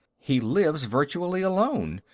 he lives virtually alone,